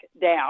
down